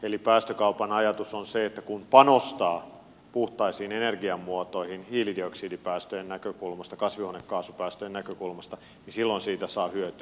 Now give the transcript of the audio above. eli päästökaupan ajatus on se että kun panostaa puhtaisiin energiamuotoihin hiilidioksidipäästöjen näkökulmasta ja kasvihuonekaasupäästöjen näkökulmasta niin silloin siitä saa hyötyä